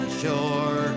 sure